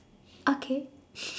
okay